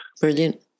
Brilliant